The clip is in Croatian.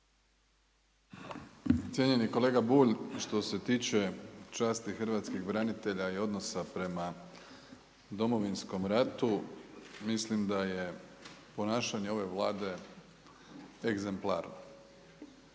Cijenjeni kolega Bulj, što se tiče časti hrvatskih branitelja i odnosa prema Domovinskom ratu, mislim da je ponašanje ove Vlade exemplar